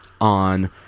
on